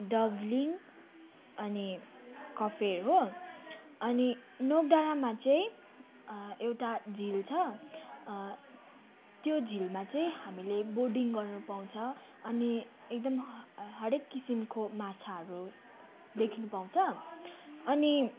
डाब्लिङ अनि कफेर हो अनि नोक डाँडामा चाहिँ एउटा झिल त्यो झिलमा चाहिँ हामीले बोटिङ गर्नु पाउँछ अनि एकदम हरेक किसिमको माछाहरू देख्नु पाउँछ अनि